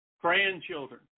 grandchildren